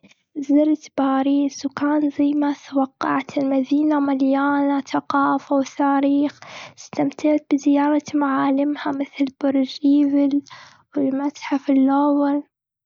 زرت باريس وكان زي ما توقعت. المدينة مليانة ثقافة وتاريخ. استمتعت بزيارة معالمها، مثل: برج إيفل والمتحف اللوفر.